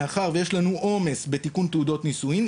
מאחר ויש לנו עומס בתיקון תעודות נישואים,